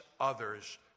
others